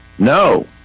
No